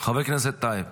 חבר הכנסת טייב.